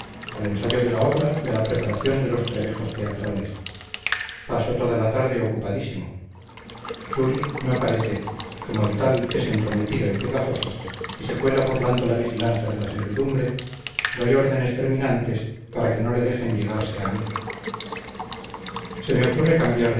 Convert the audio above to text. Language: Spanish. al ensayo de la obra y a la preparación de los trebejos teatrales paso toda la tarde ocupadísimo churi no parece y como el tal es entrometido y pegajoso y se cuela burlando la vigilancia de la servidumbre doy órdenes terminantes para que no le dejen llegarse a mí se me ocurre cambiar